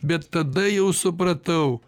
bet tada jau supratau